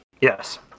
Yes